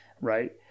right